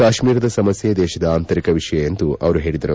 ಕಾಶ್ಮೀರದ ಸಮಸ್ಕೆ ದೇಶದ ಆಂತರಿಕ ವಿಷಯ ಎಂದು ಹೇಳಿದರು